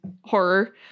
horror